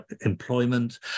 employment